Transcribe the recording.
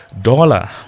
dollar